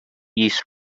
east